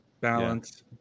balance